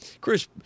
Chris